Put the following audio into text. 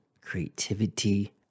creativity